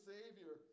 Savior